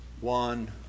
one